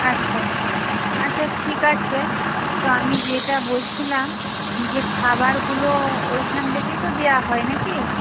আচ্ছা আচ্ছা আচ্ছা ঠিক আছে তো আমি যেটা বলছিলাম যে খাবারগুলো ওইখান থেকেই তো দেওয়া হয় না কি